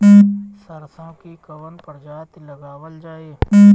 सरसो की कवन प्रजाति लगावल जाई?